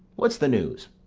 what's the news?